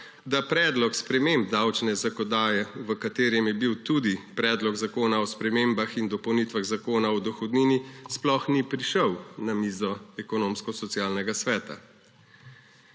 da predlog sprememb davčne zakonodaje, v katerem je bil tudi Predlog zakona o spremembah in dopolnitvah Zakona o dohodnini, sploh ni prišel na mizo Ekonomsko-socialnega sveta.